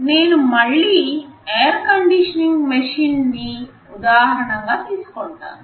నేను మళ్ళీ air conditioning machine ని ఉదాహరణగా తీసుకుంటాను